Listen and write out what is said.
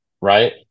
right